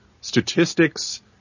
statistics